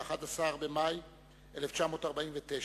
11 במאי 1949,